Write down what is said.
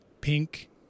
pink